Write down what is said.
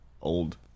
old